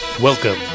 Welcome